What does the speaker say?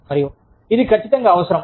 మరియు ఇది ఖచ్చితంగా అవసరం